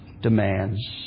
demands